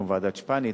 כמו ועדת-שפניץ,